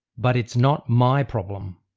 but it's not my problem.